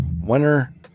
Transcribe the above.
Winner